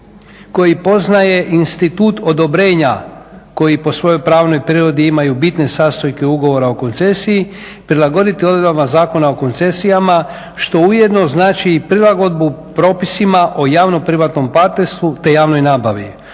koji poznaje institut odobrenja koji po svojoj pravnoj prirodi imaju bitne sastojke ugovora o koncesiji prilagoditi odredbama Zakona o koncesijama što ujedno znači i prilagodbu propisima o javno-privatnom partnerstvu te javnoj nabavi.